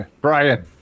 Brian